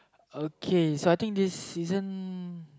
okay so I think this season